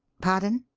pardon?